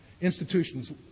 Institutions